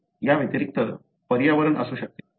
याव्यतिरिक्त पर्यावरण असू शकते